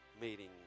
meeting